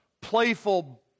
playful